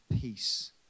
peace